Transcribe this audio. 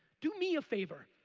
do me a favor.